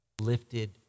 lifted